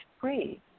free